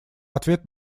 ответ